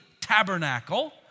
tabernacle